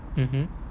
mmhmm